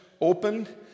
opened